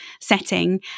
setting